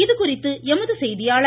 இதுகுறித்து எமது செய்தியாளர்